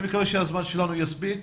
אני מקווה שהזמן שלנו יספיק,